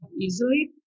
easily